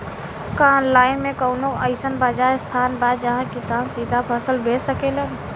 का आनलाइन मे कौनो अइसन बाजार स्थान बा जहाँ किसान सीधा फसल बेच सकेलन?